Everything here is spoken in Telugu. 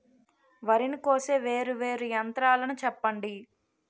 వరి ని కోసే వేరా వేరా యంత్రాలు చెప్పండి?